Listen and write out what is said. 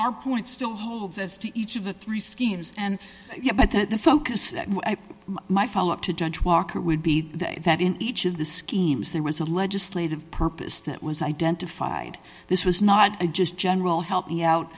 our point still holds as to each of the three schemes and yeah but the focus that my follow up to judge walker would be that that in each of the schemes there was a legislative purpose that was identified this was not just general help me out